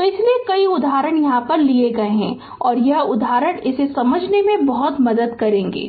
तो इसीलिए कई उदाहरण लिए गए हैं और यह उदाहरण इसे समझने में बहुत मदद करेंगे